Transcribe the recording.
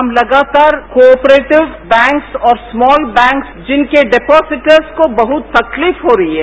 हम लगातार cooperative banks और स्मॉल बैक्स जिनके डिपाजिटर्स को बहुत तकलीफ हो रही है